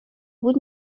بود